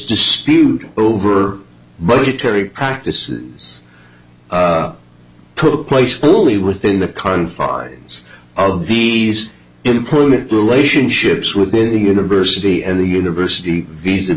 dispute over budgetary practices took place fully within the confines of these important relationships within the university and the university visa